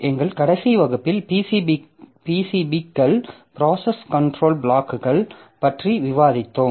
எங்கள் கடைசி வகுப்பில் PCBக்கள் ப்ராசஸ் கன்ட்ரோல் பிளாக்கள் பற்றி விவாதித்தோம்